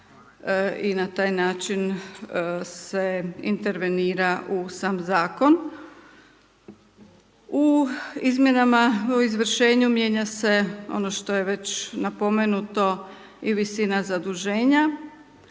i na taj način se intervenira u sam zakon. U izmjenama o izvršenju mijenja se ono što je već i napomenuto i visina zaduženja.